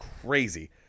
crazy